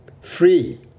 free